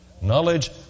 knowledge